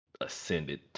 ascended